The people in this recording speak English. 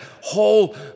whole